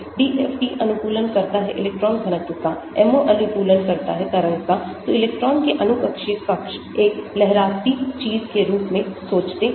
DFT अनुकूलन करता है इलेक्ट्रॉन घनत्व का MO अनुकूलन करता है तरंग का तो इलेक्ट्रॉन के अणु कक्षीय कक्ष एक लहराती चीज के रूप में सोचते हैं